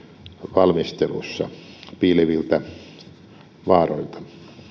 valmistelussa piileviltä vaaroilta